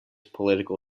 political